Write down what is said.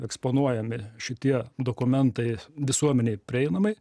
eksponuojami šitie dokumentai visuomenei prieinamai